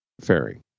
ferry